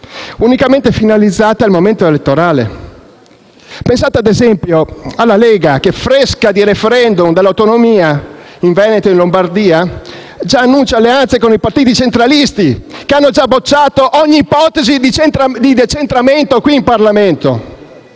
unicamente finalizzate al momento elettorale. Pensate, ad esempio, alla Lega, che, fresca di *referendum* per l'autonomia in Veneto e in Lombardia, già annuncia alleanze con i partiti centralisti, che hanno già bocciato ogni ipotesi di decentramento qui in Parlamento.